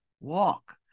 walk